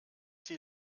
die